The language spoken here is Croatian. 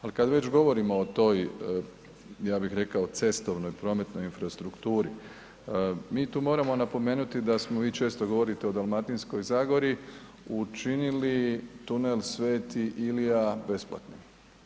Ali kada već govorimo o toj, ja bih rekao cestovnoj, prometnoj infrastrukturi, mi tu moramo napomenuti da smo, vi često govorite o Dalmatinskoj zagori učinili tunel Sv. Ilija besplatnim.